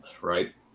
right